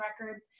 records